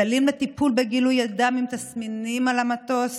כללים לטיפול בגילוי אדם עם תסמינים על המטוס,